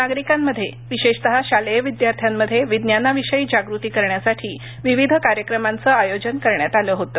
नागरिकांमध्ये विशेषतः शालेय विद्यार्थ्यांमध्ये विज्ञानाविषयी जागृती करण्यासाठी विविध कार्यक्रमांचं आयोजन केलं होतं